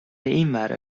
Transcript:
اینور